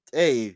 hey